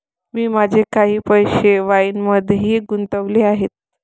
मी माझे काही पैसे वाईनमध्येही गुंतवले आहेत